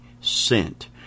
sent